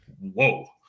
Whoa